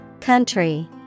Country